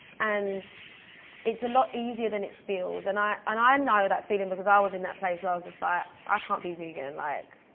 and it's a lot easier than it feels. and i and i know that feeling because i was in that place where i was just like, i can't be vegan. like